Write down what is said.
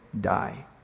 die